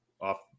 off